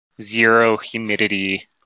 zero-humidity